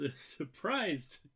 surprised